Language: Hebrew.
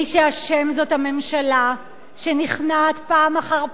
מי שאשם זאת הממשלה, שנכנעת פעם אחר פעם,